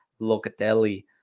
Locatelli